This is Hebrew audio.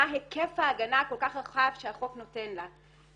מה היקף ההגנה הרחב כל כך שהחוק נותן לה.